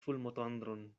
fulmotondron